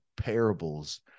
parables